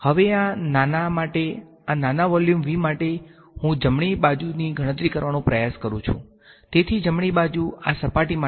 હવે આ નાના માટે આ નાના વોલ્યુમ V માટે હું જમણી બાજુની ગણતરી કરવાનો પ્રયાસ કરું છું જેથી જમણી બાજુ આ સપાટી માટે